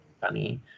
funny